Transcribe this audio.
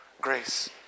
grace